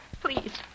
Please